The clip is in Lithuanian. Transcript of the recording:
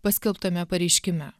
paskelbtame pareiškime